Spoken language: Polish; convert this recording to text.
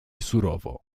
surowo